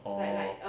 orh